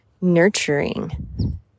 nurturing